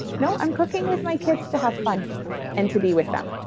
no, i'm cooking with my kids to have fun and to be with them.